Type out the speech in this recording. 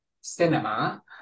cinema